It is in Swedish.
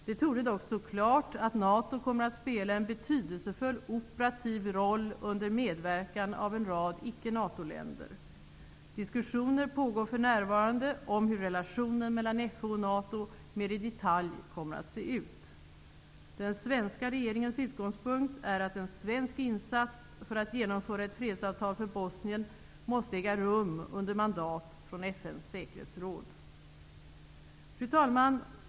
Det torde dock stå klart att NATO kommer att spela en betydelsefull operativ roll under medverkan av en rad icke-NATO-länder. Diskussioner pågår för närvarande om hur relationen mellan FN och NATO mer i detalj kommer att se ut. Den svenska regeringens utgångspunkt är att en svensk insats för att genomföra ett fredsavtal för Bosnien måste äga rum under mandat från FN:s säkerhetsråd. Fru talman!